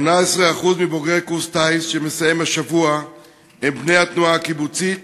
18% מבוגרי קורס טיס שמסתיים השבוע הם בני התנועה הקיבוצית,